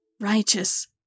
Righteous